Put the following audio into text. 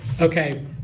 Okay